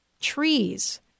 trees